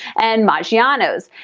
and maggiano's.